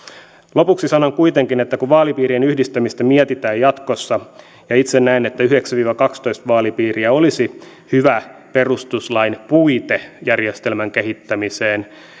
lopuksi sanon kuitenkin että kun vaalipiirien yhdistämistä mietitään jatkossa ja itse näen että yhdeksän viiva kaksitoista vaalipiiriä olisi hyvä perustuslain puite järjestelmän kehittämiseen